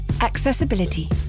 Accessibility